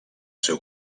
seu